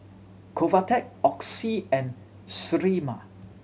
Convatec Oxy and Sterimar